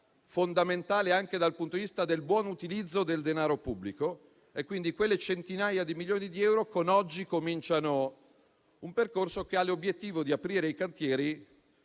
fondamentale anche dal punto di vista del buon utilizzo del denaro pubblico: quelle centinaia di milioni di euro con oggi cominciano un percorso che ha l'obiettivo di aprire i cantieri